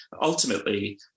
ultimately